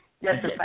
Yes